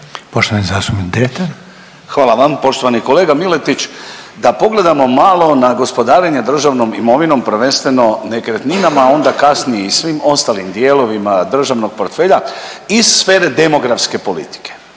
**Dretar, Davor (DP)** Hvala vam. Poštovani kolega Miletić, da pogledamo malo na gospodarenje državnom imovinom, prvenstveno nekretninama, onda kasnije i svim ostalim dijelovima državnog portfelja, iz sfere demografske politike.